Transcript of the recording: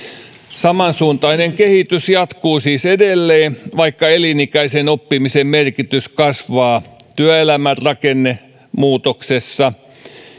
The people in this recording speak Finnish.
samansuuntainen kehitys jatkuu siis edelleen vaikka elinikäisen oppimisen merkitys kasvaa työelämän rakennemuutoksessa ja